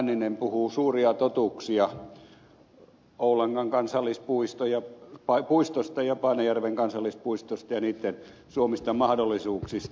hänninen puhuu suuria totuuksia oulangan kansallispuistosta ja paanajärven kansallispuistosta ja niitten suomista mahdollisuuksista